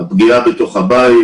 הפגיעה בתוך הבית.